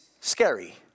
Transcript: scary